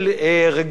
בתקופה של קיפאון,